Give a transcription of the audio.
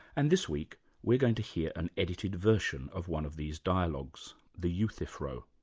and this week we're going to hear an edited version of one of these dialogues, the euthyphro,